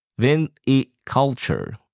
Viniculture